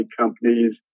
companies